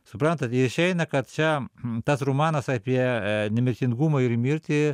suprantat i išeina kad čia tas romanas apie nemirtingumą ir mirtį